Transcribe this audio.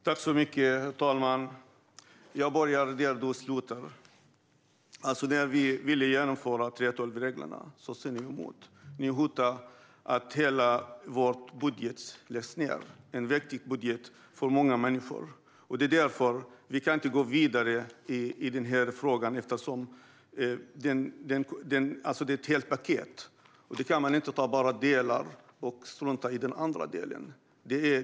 Herr talman! Jag börjar där du slutade, Jörgen Warborn. När vi ville genomföra 3:12-reglerna var ni emot. Ni hotade med att hela vår budget skulle röstas ned - en budget som är viktig för många människor. Vi kan därför inte gå vidare i denna fråga eftersom det handlar om ett helt paket, och man kan inte bara ta vissa delar av det och strunta i andra delar.